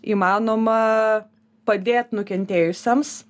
įmanoma padėt nukentėjusiems